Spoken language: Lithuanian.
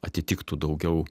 atitiktų daugiau